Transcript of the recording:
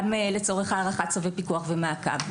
גם לצורך הארכת צווי פיקוח ומעקב.